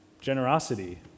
generosity